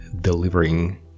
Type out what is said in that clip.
delivering